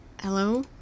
Hello